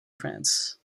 france